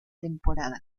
temporada